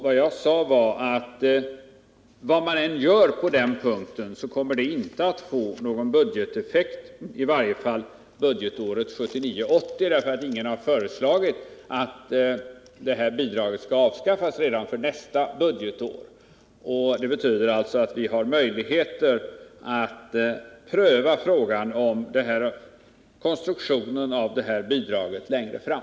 Det jag sade var att vad man än gör på den punkten så kommer det inte att få någon budgeteffekt, i varje fall inte under budgetåret 1979/80, eftersom ingen föreslagit att detta bidrag skall avskaffas redan för nästa budgetår. Det betyder alltså att vi har möjligheter att pröva frågan om konstruktionen av det här statsbidraget längre fram.